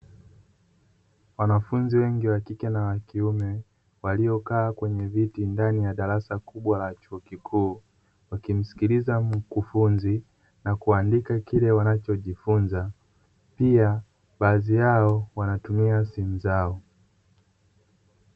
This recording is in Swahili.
Wanafunzi wengi wa kike na wa kiume waliokaa kwenye viti ndani ya darasa kubwa la chuo kikuu, wakimsikiliza mkufunzi na kuandika kile wanachojifunza pia baadhi yao wanatumia simu zao.